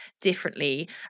differently